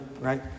right